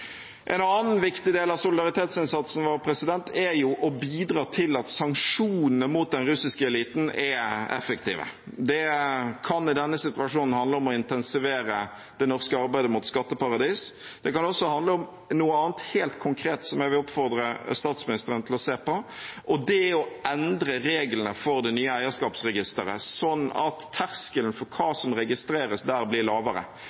En annen viktig del av solidaritetsinnsatsen vår er å bidra til at sanksjonene mot den russiske eliten er effektive. Det kan i denne situasjonen handle om å intensivere det norske arbeidet mot skatteparadis. Det kan også handle om noe annet helt konkret som jeg vil oppfordre statsministeren til å se på, og det er å endre reglene for det nye eierskapsregisteret, sånn at terskelen for hva som registreres der, blir lavere.